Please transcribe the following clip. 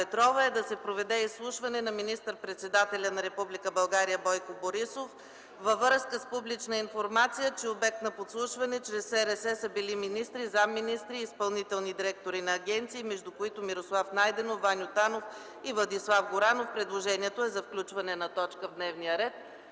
Петрова е да се проведе изслушване на министър-председателя на Република България Бойко Борисов във връзка с публична информация, че обект на подслушване чрез специалните разузнавателни средства са били министри, заместник-министри и изпълнителни директори на агенции, между които Мирослав Найденов, Ваньо Танов и Владислав Горанов. Предложението е за включване на точка в дневния ред.